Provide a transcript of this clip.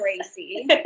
crazy